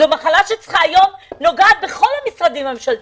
זו מחלה שנוגעת בכל המשרדים הממשלתיים.